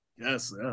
Yes